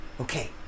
Okay